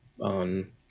on